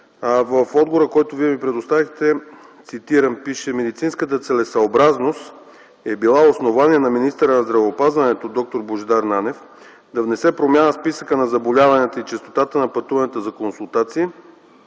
в отговора, който Вие ми предоставихте, пише, цитирам: „Медицинската целесъобразност е била основание на министъра на здравеопазването – д-р Божидар Нанев, да внесе промяна в списъка на заболяванията и честотата на пътуванията за консултации,